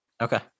Okay